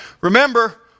Remember